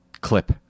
clip